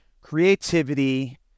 creativity